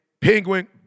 Penguin